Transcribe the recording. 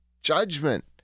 Judgment